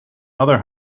other